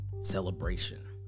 celebration